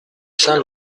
saint